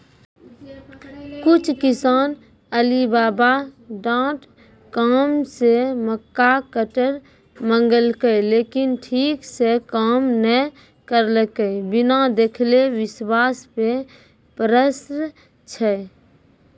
कुछ किसान Alibaba dot com से मक्का कटर मंगेलके लेकिन ठीक से काम नेय करलके, बिना देखले विश्वास पे प्रश्न छै?